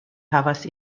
havas